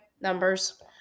numbers